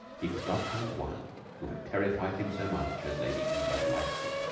he could not find one who had terrified him so much as lady eva blyton.